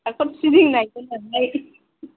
आखर फिदिंनाय होनानै